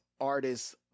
artist's